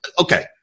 Okay